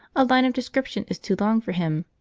a line of description is too long for him.